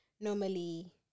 normally